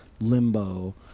Limbo